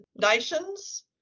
nations